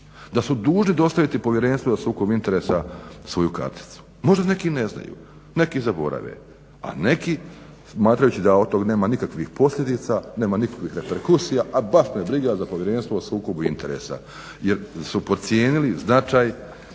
da su dužni dostaviti Povjerenstvu za sukob interesa svoju karticu. Možda neki ne znaju, neki zaborave, a neki smatrajući da od tog nema nikakvih posljedica, nema nikakvih reperkusija, a baš me briga za Povjerenstvo o sukobu interesa jer su podcijenili značaj